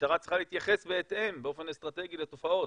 המשטרה צריכה להתייחס בהתאם באופן אסטרטגי לתופעות.